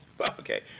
Okay